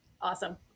Awesome